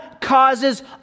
causes